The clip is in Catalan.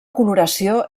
coloració